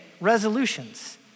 resolutions